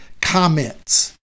comments